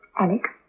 Alex